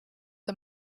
the